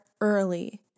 early